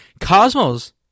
Cosmo's